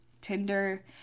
Tinder